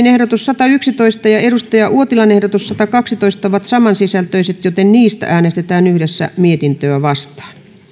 ehdotus kuusikymmentäyhdeksän ja toimi kankaanniemen ehdotus seitsemänkymmentä ovat saman sisältöisiä joten niistä äänestetään yhdessä mietintöä vastaan